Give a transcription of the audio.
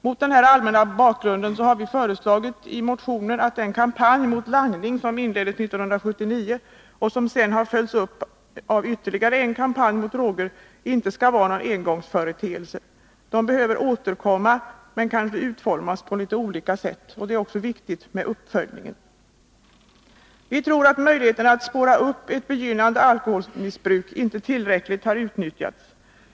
Mot den här allmänna bakgrunden har vi föreslagit i motionen att den kampanj mot langning som inleddes 1979 och som sedan har följts av ytterligare en kampanj mot droger inte skall vara någon engångsföreteelse. Sådana kampanjer behöver återkomma, kanske utformade på litet olika sätt. Det är också viktigt att de följs upp. Vi tror att möjligheterna att spåra upp ett begynnande alkoholmissbruk inte tillräckligt har utnyttjats.